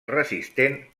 resistent